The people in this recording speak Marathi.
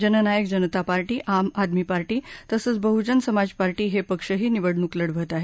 जननायक जनता पार्टी आम आदमी पार्टी तसंच बहूजन समाज पार्टी हे पक्षही निवडणूक लढवत आहेत